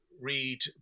read